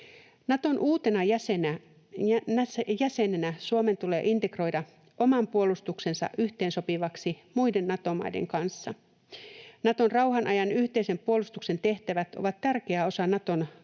Naton uutena jäsenenä Suomen tulee integroida oma puolustuksensa yhteensopivaksi muiden Nato-maiden kanssa. Naton rauhan ajan yhteisen puolustuksen tehtävät ovat tärkeä osa sitä Naton